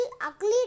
ugly